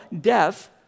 death